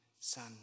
Son